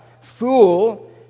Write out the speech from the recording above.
fool